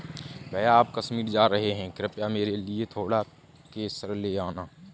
भैया आप कश्मीर जा रहे हैं कृपया मेरे लिए थोड़ा केसर ले आना